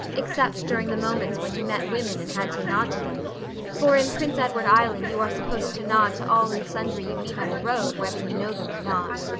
except during the moments when he met women and had to nod to them for in prince edward island you are supposed to nod to all and sundry you meet on the road whether you know them or not.